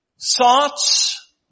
Thoughts